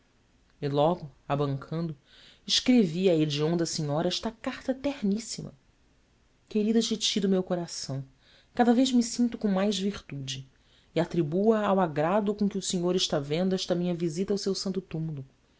e logo abancando escrevi à hedionda senhora esta carta terníssima querida titi do meu coração cada vez me sinto com mais virtude e atribuo a ao agrado com que o senhor está vendo esta minha visita ao seu santo túmulo